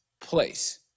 place